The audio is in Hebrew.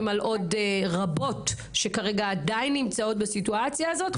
על רבות שעדיין נמצאות בסיטואציה הזאת.